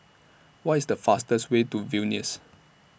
What IS The fastest Way to Vilnius